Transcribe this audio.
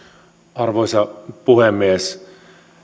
arvoisa puhemies